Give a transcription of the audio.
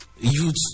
youth